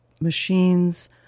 machines